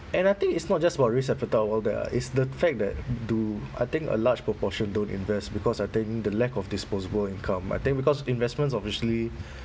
and I think it's not just about risk appetite all that lah is the fact that do I think a large proportion don't invest because I think the lack of disposable income I think because investments obviously